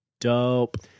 Dope